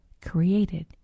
created